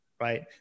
right